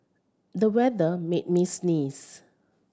the weather made me sneeze